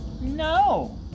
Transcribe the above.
No